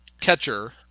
catcher